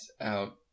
out